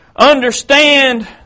understand